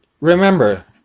remember